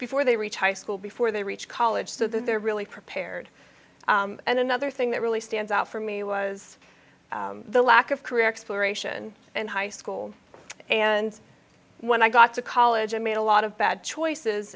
before they reach high school before they reach college so they're really prepared and another thing that really stands out for me was the lack of career exploration and high school and when i got to college i made a lot of bad choices